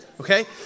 Okay